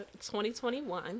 2021